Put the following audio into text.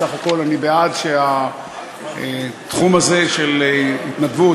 בסך הכול אני בעד שהתחום הזה של התנדבות,